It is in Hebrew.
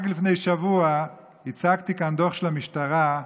רק לפני שבוע הצגתי כאן דוח של המשטרה,